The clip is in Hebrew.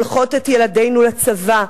שולחות את ילדינו לצבא,